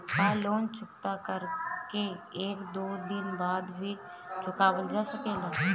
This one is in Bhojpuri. का लोन चुकता कर के एक दो दिन बाद भी चुकावल जा सकेला?